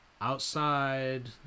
outside